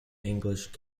english